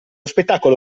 spettacolo